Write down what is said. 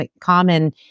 common